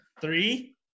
Three